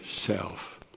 self